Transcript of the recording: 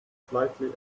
slightly